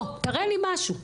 תראה לי משהו.